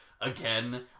again